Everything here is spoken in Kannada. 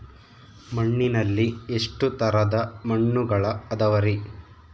ಮಣ್ಣಿನಲ್ಲಿ ಎಷ್ಟು ತರದ ಮಣ್ಣುಗಳ ಅದವರಿ?